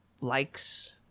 likes